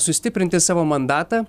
sustiprinti savo mandatą